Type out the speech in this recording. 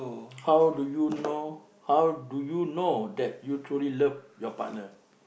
how do you know how do you know that you truly love your partner